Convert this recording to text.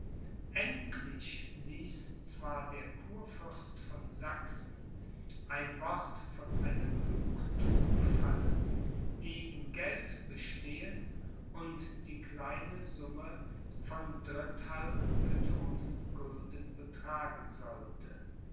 endlich ließ zwar der kurfürst von sachsen ein wort von einer genugthuung fallen die in geld bestehen und die kleine summe von dritthalb millionen gulden betragen sollte